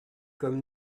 comme